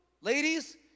ladies